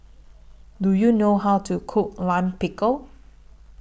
Do YOU know How to Cook Lime Pickle